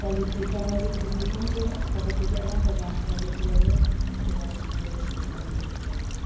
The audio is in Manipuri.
ꯀ꯭ꯋꯥꯂꯤꯇꯤ ꯄ꯭ꯔꯥꯏꯃꯥꯔꯤ ꯏꯗꯨꯀꯦꯁꯟꯁꯦ ꯑꯐꯕꯁꯤꯗꯤ ꯑꯌꯥꯝꯕꯅ ꯄ꯭ꯔꯥꯏꯕꯦꯠꯇ ꯂꯩꯌꯦ ꯑꯗꯨꯒ ꯀꯩꯅꯣꯗꯗꯤ ꯒꯣꯕꯔꯃꯦꯟꯗꯗꯤ ꯂꯩꯇꯦ